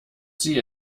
sie